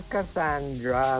Cassandra